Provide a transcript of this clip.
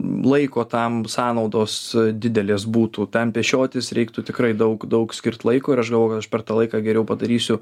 laiko tam sąnaudos didelės būtų ten pešiotis reiktų tikrai daug daug skirt laiko ir aš galvojau kad aš per tą laiką geriau padarysiu